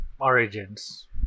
origins